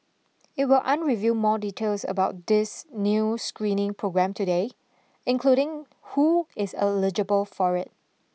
it will unreveil more details about this new screening programme today including who is eligible for it